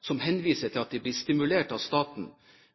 som henviser til at de blir stimulert av staten